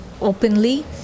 openly